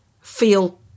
feel